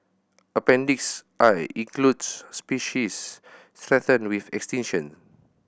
appendix I includes species threatened with extinction